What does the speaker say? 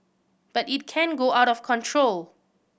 but it can go out of control